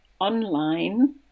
online